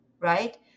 right